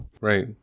Right